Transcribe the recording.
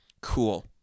cool